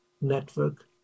network